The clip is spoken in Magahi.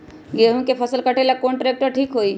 गेहूं के फसल कटेला कौन ट्रैक्टर ठीक होई?